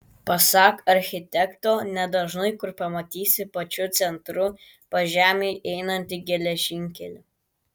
pasak architekto nedažnai kur pamatysi pačiu centru pažemiui einantį geležinkelį